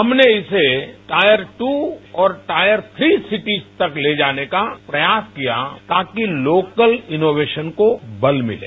हमने इसे tier two और टायर थ्री सिटीज तक ले जाने का प्रयास किया ताकि लोकल इनोवेशन को बल मिले